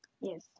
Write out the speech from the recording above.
yes